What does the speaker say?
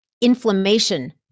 inflammation